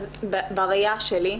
בראייה שלי,